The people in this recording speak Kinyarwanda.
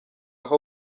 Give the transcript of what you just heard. aho